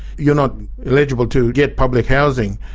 you're not eligible to get public housing,